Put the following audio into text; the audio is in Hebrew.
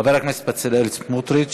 חבר הכנסת בצלאל סמוטריץ.